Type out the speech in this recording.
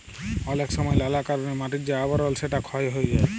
অলেক সময় লালা কারলে মাটির যে আবরল সেটা ক্ষয় হ্যয়ে যায়